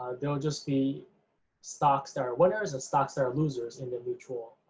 they'll just be stocks that are winners, and stocks that are losers in the mutual,